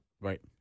Right